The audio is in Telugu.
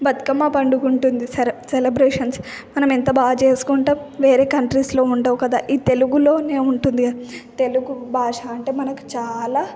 బతుకమ్మ పండుగ ఉంటుంది సెర సెలబ్రేషన్స్ మనం ఎంత బాగా చేసుకుంటాం వేరే కంట్రీస్లో ఉండవు కదా ఈ తెలుగులోనే ఉంటుంది తెలుగు భాష అంటే మనకు చాలా